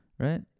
Right